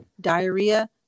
diarrhea